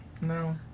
No